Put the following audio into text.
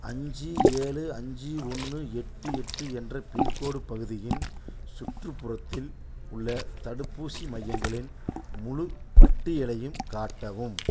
அஞ்சு ஏழு அஞ்சு ஒன்று எட்டு எட்டு என்ற பின்கோடு பகுதியின் சுற்றுப்புறத்தில் உள்ள தடுப்பூசி மையங்களின் முழுப் பட்டியலையும் காட்டவும்